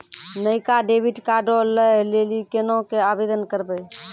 नयका डेबिट कार्डो लै लेली केना के आवेदन करबै?